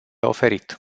oferit